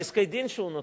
בפסקי-הדין שהוא נותן,